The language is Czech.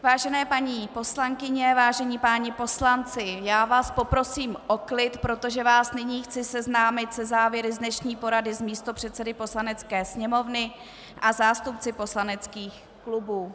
Vážené paní poslankyně, vážení páni poslanci, já vás poprosím o klid, protože vás nyní chci seznámit se závěry z dnešní porady s místopředsedy Poslanecké sněmovny a zástupci poslaneckých klubů.